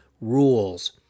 rules